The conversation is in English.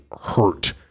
hurt